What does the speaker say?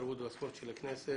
התרבות והספורט של הכנסת.